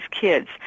kids